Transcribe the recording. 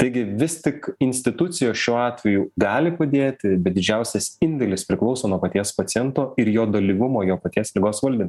taigi vis tik institucijos šiuo atveju gali padėti bet didžiausias indėlis priklauso nuo paties paciento ir jo dalyvumo jo paties ligos valdym